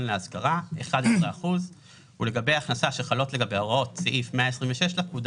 להשכרה 11 אחוזים ולגבי הכנסה שחלות לגביה הוראות סעיף 126 לפקודה